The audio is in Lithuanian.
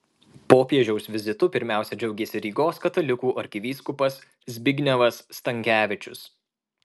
popiežiaus vizitu pirmiausia džiaugėsi rygos katalikų arkivyskupas zbignevas stankevičius